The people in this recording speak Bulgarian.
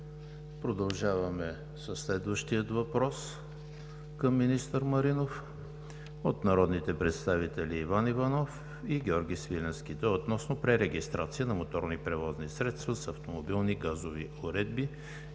Продължаваме със следващия въпрос към министър Маринов – от народните представители Иван Иванов и Георги Свиленски. Той е относно пререгистрация на моторни превозни средства с автомобилни газови уредби.